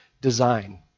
design